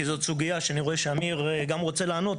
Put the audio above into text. כי זאת סוגיה שאני רואה שאמיר גם רוצה לענות,